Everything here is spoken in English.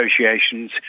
negotiations